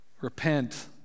Repent